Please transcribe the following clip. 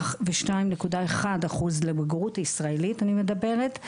מ-22.1% לבגרות הישראלית אני מדברת,